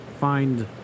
find